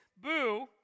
Boo